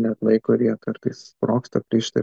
neatlaiko ir jie kartais sprogsta plyšta